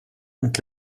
und